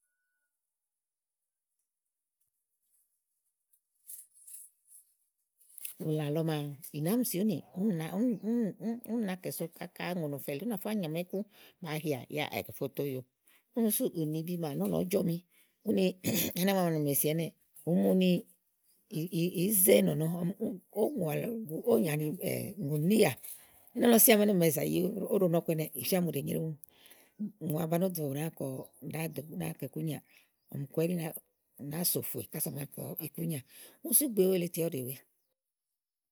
ùlà àlɔ màa, ì nàáá mi sìiúnì úni na únúnúni na kɛ so kaka ùŋò nɔfɛ lèe, ú nà fá nyàmà iku bàáa hià yá àá kɛ fó tòo óyo. Kíni sú ùni bì maa nɔ́ɔ̀nɔ ɔ̀ɔ jɔmi úni nɛ àá ɔmi ɖèe si ɛnɛ́ɛ ùú mu ni ̀iìí ̀ií ze éènɔ̀nɔ ówò ìŋòwà lɔ ówò nyì ani ùŋò nì níìyà, ɛnɛ́lɔ síã àámi màa zayi óɖo nɔ̀ ku ɛnɛ́ɛ ùŋò aba nó ɖò nàáa dò nàáa kɔ ikúnyiàà. ɔ̀mì kò ɛɖí nàáa, ì nàáa sòfè ása à màáa kɔ ikúnyià úni sú ìgbè wèelèe tè yá ù ɖèe we.